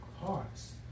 hearts